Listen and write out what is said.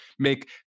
make